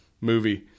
movie